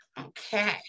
Okay